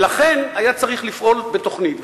ולכן היה צריך לפעול בתוכנית.